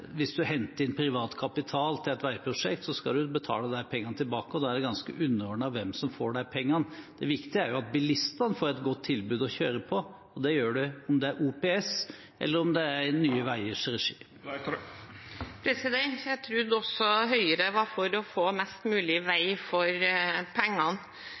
hvis du henter inn privat kapital til et veiprosjekt, så skal du betale de pengene tilbake. Da er det ganske underordnet hvem som får pengene. Det viktige er at bilistene får en god vei å kjøre på, og det gjør de enten det er OPS, eller om det er i Nye Veiers regi. Jeg trodde også at Høyre var for å få mest mulig vei for pengene.